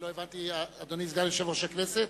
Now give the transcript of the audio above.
אני לא הבנתי, אדוני סגן יושב-ראש הכנסת.